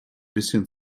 bisschen